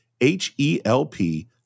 H-E-L-P